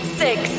six